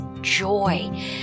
joy